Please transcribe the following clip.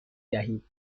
دهیم